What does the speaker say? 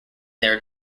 their